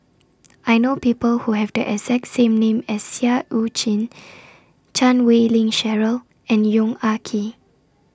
I know People Who Have The exact same name as Seah EU Chin Chan Wei Ling Cheryl and Yong Ah Kee